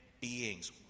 beings